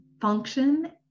function